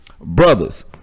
brothers